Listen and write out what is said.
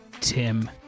Tim